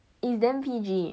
is damn P_G